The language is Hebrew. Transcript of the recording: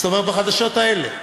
זאת אומרת, בחדשות האלה,